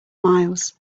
miles